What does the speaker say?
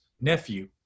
nephew